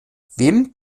wem